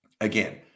Again